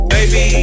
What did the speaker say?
Baby